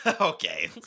okay